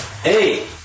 Hey